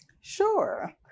Sure